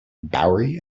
bowery